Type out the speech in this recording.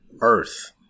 Earth